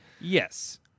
Yes